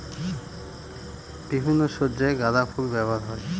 বিভিন্ন সজ্জায় গাঁদা ফুল ব্যবহার হয়